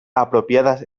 apropiadas